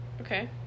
Okay